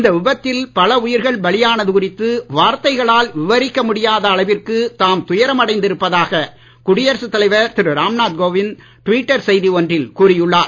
இந்த விபத்தில் பல உயிர்கள் பலியானது குறித்து வார்த்தைகளால் விவரிக்க முடியாத அளவிற்கு தாம் துயரம் அடைந்திருப்பதாக குடியரசு தலைவர் திரு ராம் நாத் கோவிந்த் டுவிட்டர் செய்தி ஒன்றில் கூறி உள்ளார்